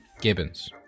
Gibbons